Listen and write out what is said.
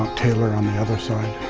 taylor on the other side.